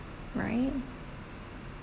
right